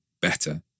better